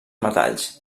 metalls